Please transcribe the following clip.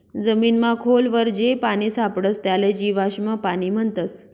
जमीनमा खोल वर जे पानी सापडस त्याले जीवाश्म पाणी म्हणतस